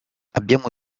abbiamo